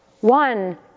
one